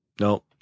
no